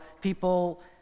people